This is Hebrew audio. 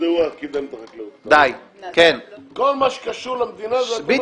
זו פעם ראשונה שגם